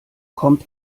kommt